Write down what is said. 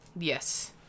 yes